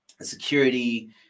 security